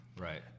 Right